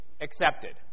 accepted